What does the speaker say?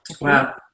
Wow